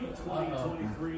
2023